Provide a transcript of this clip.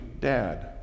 dad